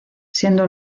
siendo